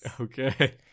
Okay